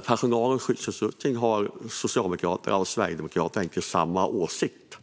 personalens skyddsutrustning har Socialdemokraterna och Sverigedemokraterna inte samma åsikt.